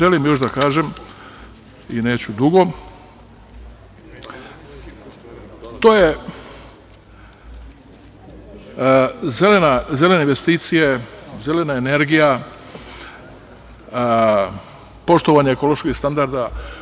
Ono što želim još da kažem i neću dugo, to su zelene investicije, zelena energija, poštovanje ekoloških standarda.